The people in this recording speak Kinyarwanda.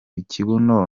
kibuno